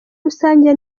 rusange